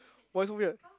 why so weird